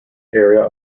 area